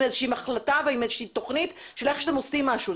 איזושהי החלטה ושל איזושהי תוכנית של איך אתם עושים משהו.